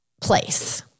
place